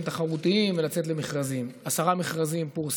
סליחה.